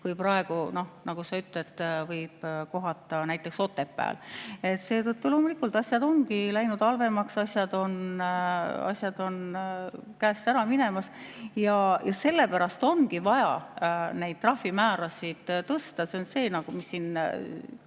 kohata, nagu sa ütlesid, näiteks Otepääl. Seetõttu loomulikult, asjad ongi läinud halvemaks, asjad on käest ära minemas. Just sellepärast ongi vaja neid trahvimäärasid tõsta. See on see, mis siin